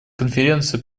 конференции